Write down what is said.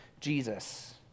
Jesus